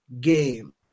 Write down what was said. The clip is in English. game